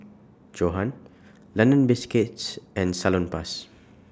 Johan London Biscuits and Salonpas